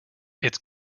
its